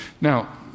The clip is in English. Now